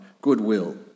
goodwill